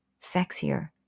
sexier